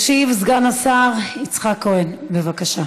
ישיב סגן השר יצחק כהן, בבקשה.